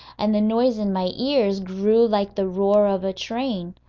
and the noise in my ears grew like the roar of a train.